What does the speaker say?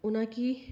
उनेंगी